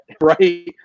Right